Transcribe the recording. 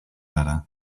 ara